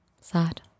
Sad